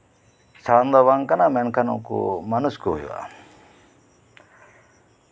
ᱥᱟᱢ ᱫᱚ ᱵᱟᱝ ᱠᱟᱱᱟ ᱢᱮᱱᱠᱷᱟᱱ ᱩᱱᱠᱩ ᱢᱟᱹᱱᱩᱥ ᱠᱚ ᱦᱩᱭᱩᱜᱼᱟ